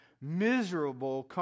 miserable